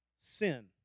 sin